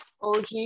OG